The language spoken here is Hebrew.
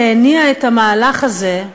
שהניע את המהלך הזה,